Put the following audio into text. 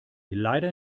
leider